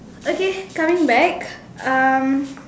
okay coming back um